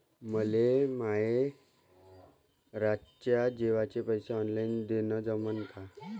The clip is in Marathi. मले माये रातच्या जेवाचे पैसे ऑनलाईन देणं जमन का?